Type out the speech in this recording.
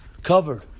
Cover